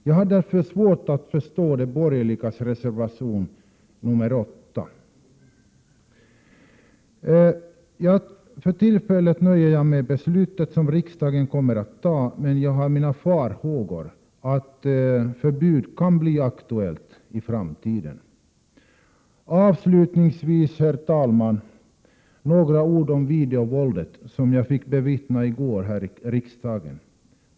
Jag har därför svårt att förstå de borgerligas resonemang i reservation 8. För tillfället är jag nöjd med det beslut som riksdagen kommer att fatta, men jag hyser farhågor för att det kan bli aktuellt med inskränkningar i viss yttrandefrihet i framtiden. Låt mig, herr talman, avslutningsvis säga några ord om det videovåld som jag i går fick bevittna på videofilm här i riksdagen.